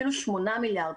אפילו 8 מיליארד,